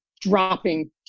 dropping